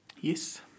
Yes